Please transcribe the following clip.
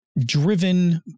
driven